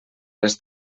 les